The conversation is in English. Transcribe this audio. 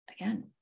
again